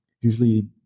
usually